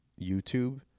YouTube